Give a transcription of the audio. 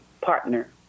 partner